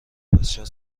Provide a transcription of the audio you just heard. بسیار